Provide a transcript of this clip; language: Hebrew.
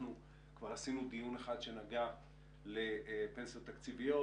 אנחנו כבר עשינו דיון אחד שנגע לפנסיות תקציביות.